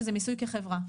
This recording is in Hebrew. שזה מיסוי כחברה,